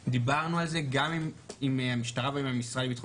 דיברנו על זה גם עם המשטרה ועם המשרד לביטחון